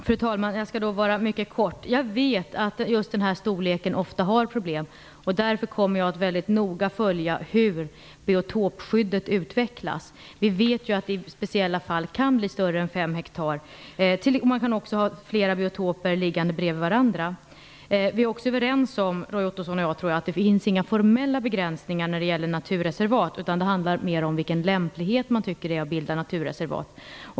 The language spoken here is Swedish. Fru talman! Jag skall fatta mig mycket kort. Jag vet att det ofta är problem när det gäller just den här storleken. Därför kommer jag att mycket noga följa hur biotopskyddet utvecklas. Vi vet ju att det i speciella fall kan gälla även större områden än 5 hektar. Man kan även ha flera biotopskyddade områden liggande bredvid varandra. Jag tror också att Roy Ottosson och jag är överens om att det inte finns några formella begränsningar när det gäller naturreservat. Det handlar mer om vilken lämplighet man tycker att det finns för att bilda naturreservat.